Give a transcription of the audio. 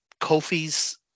Kofi's